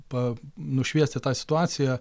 pa nušviesti tą situaciją